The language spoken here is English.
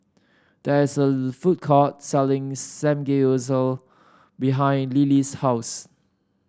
there is a food court selling Samgeyopsal behind Lillie's house